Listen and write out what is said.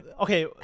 okay